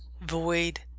void